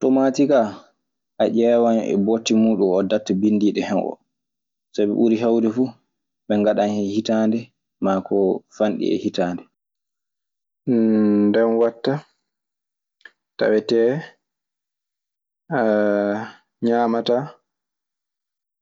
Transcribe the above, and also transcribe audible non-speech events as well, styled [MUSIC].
Tamaati kaa a ñeewan e booti muuɗum oo date binndiindo hen oo. Sabi ko ɓuri hewde fuu ɓe ngaɗan hen hitaande maa ko faandi e hitaande. [HESITATION] Nden waɗta tawetee [HESITATION] ñaamataa